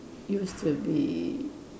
used to be